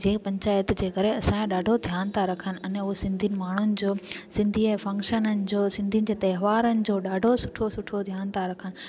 जे पंचायत जे करे असांजो ॾाढो ध्यान था रखनि अने उहा सिंधीयुनि माण्हूनि जो सिंधीअ फंक्शननि जो सिंधीयुनि जे त्योहारनि जो ॾाढो सुठो सुठो ध्यान था रखनि